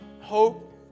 hope